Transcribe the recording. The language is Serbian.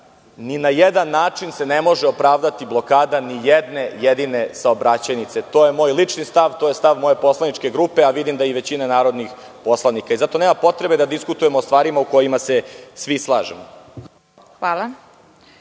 ni na jedan način se ne može opravdati blokada nijedne jedine saobraćajnice. To je moj lični stav i to je stav moje poslaničke grupe, a vidim da je i većine narodnih poslanika. Zato nema potrebe da diskutujemo o stvarima oko kojih se svi slažemo.